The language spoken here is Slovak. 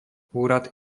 úrad